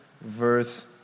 verse